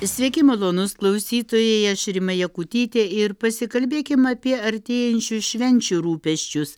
sveiki malonūs klausytojai aš rima jakutytė ir pasikalbėkim apie artėjančių švenčių rūpesčius